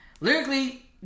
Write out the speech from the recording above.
lyrically